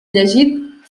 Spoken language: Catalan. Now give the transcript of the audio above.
llegit